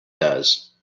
does